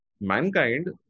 Mankind